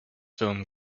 film